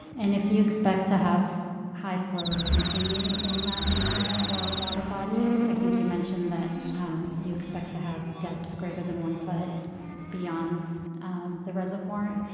and if you expect to have high flows continue in that channel or water body, i think you mentioned that you expect to have depths greater than one foot beyond the reservoir,